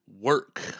work